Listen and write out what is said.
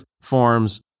forms